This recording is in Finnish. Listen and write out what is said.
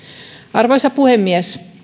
arvoisa puhemies